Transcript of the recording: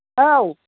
औ